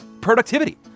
productivity